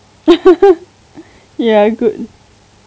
ya good